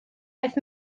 aeth